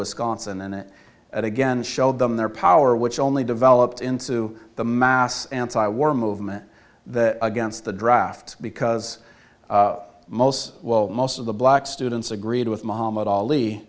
wisconsin and it again showed them their power which only developed into the mass anti war movement that against the draft because most well most of the black students agreed with muhammad ali